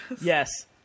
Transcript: Yes